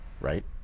right